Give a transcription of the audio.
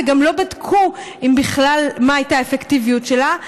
וגם לא בדקו בכלל מה הייתה האפקטיביות שלה.